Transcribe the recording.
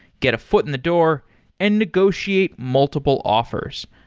get a foot in the door and negotiate multiple offers.